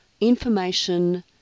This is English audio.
information